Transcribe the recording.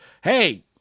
Hey